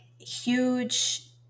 huge